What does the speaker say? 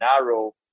narrow